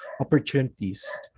opportunities